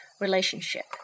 relationship